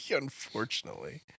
unfortunately